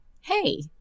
Hey